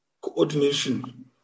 coordination